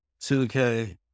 2K